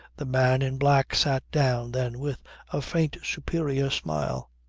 the man in black sat down then with a faint superior smile.